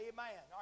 Amen